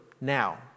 now